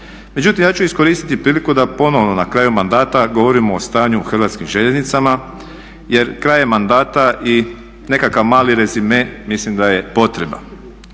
Međutim, ja ću iskoristiti priliku da ponovno na kraju mandata govorimo o stanju u Hrvatskim željeznicama, jer kraj je mandata i nekakvi mali rezime mislim da je potreban